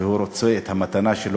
והוא רוצה את המתנה שלו,